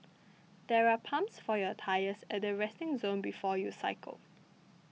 there are pumps for your tyres at the resting zone before you cycle